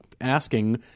asking